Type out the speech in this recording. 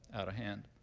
out of hand.